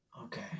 Okay